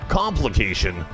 complication